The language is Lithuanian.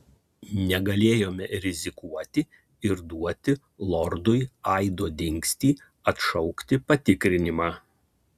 negalėjome rizikuoti ir duoti lordui aido dingstį atšaukti patikrinimą